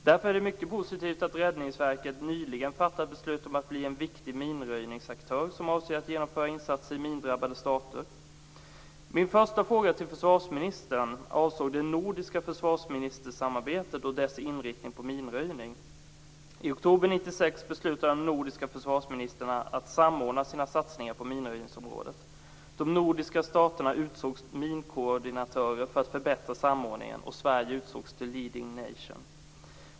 Därför är det mycket positivt att Räddningsverket nyligen fattat beslut om att bli en viktig minröjningsaktör som avser att genomföra insatser i mindrabbade stater. Min första fråga till försvarsministern avsåg det nordiska försvarsministersamarbetet och dess inriktning på minröjning. I oktober 1996 beslutade de nordiska försvarsministrarna att samordna sina satsningar på minröjningsområdet. De nordiska staterna utsågs till minkoordinatörer för att förbättra samordningen, och Sverige utsågs till leading nation.